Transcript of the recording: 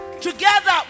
together